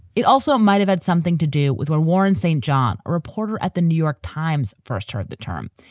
it also might have had something to do with why warren st. john, a reporter at the new york times, first heard the term.